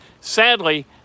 Sadly